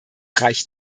reicht